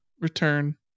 return